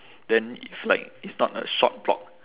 then if like it's not a short block